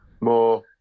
more